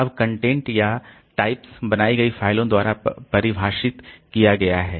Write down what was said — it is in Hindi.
अब कंटेंट या टाइप्स बनाई गई फ़ाइलों द्वारा परिभाषित किया गया है